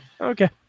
Okay